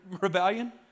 rebellion